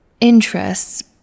interests